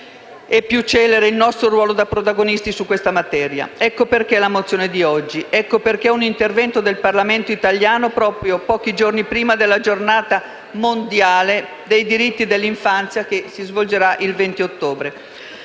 a svolgere il nostro ruolo da protagonisti su questa materia. Ecco perché la mozione di oggi. Ecco perché un intervento del Parlamento italiano, proprio pochi giorni prima della Giornata mondiale dei diritti dell'infanzia, che si svolgerà il 20 novembre.